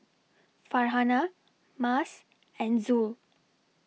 Farhanah Mas and Zul